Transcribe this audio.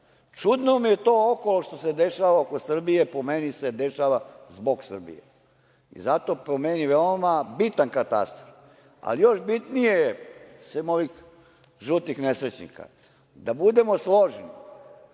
itd. Čudno mi je to okolo što se dešava, oko Srbije, po meni se dešava zbog Srbije. Zato, po meni je veoma bitan katastar, ali još bitnije je, sem ovih žutih nesrećnika, da budemo složni